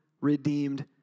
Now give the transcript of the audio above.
redeemed